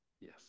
Yes